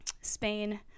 Spain